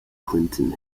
clinton